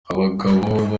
abagabo